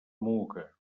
muga